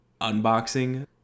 unboxing